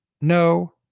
No